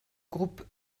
groupe